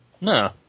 No